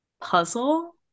puzzle